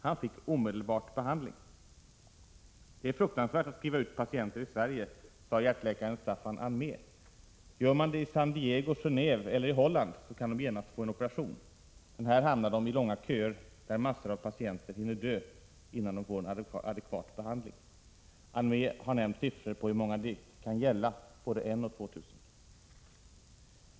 Han fick omedelbart behandling. — Det är fruktansvärt att skriva ut patienter i Sverige, sade hjärtläkaren Staffan Ahnve. Gör man det i San Diego, Gené&ve eller i Holland kan de genast få en operation, men här hamnar de i långa köer där massor av patienter hinner dö innan de får en adekvat behandling. Ahnve har nämnt siffror på hur många det kan gälla; både ett och två tusen.